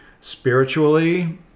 spiritually